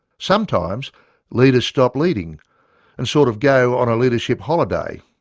sometimes leaders stop leading and sort of go on a leadership holiday,